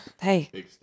Hey